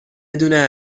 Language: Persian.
دونه